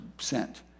sent